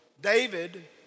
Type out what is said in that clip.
David